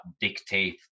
dictate